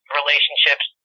relationships